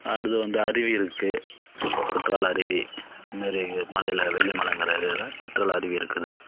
அடுத்து வந்து அருவி இருக்குது குற்றால அருவி இந்த மாரி மலையில் வெள்ளி மலைங்கிற ஏரியாவில் குற்றால அருவி இருக்குது